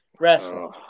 wrestling